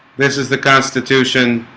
this is the constitution